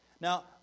Now